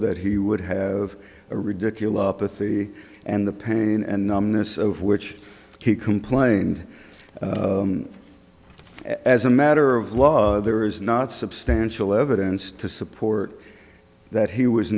that he would have a ridiculous up with the and the pain and numbness of which he complained as a matter of law there is not substantial evidence to support that he was